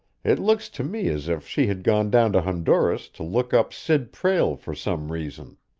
it looks to me as if she had gone down to honduras to look up sid prale for some reason.